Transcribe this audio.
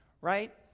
right